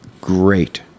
great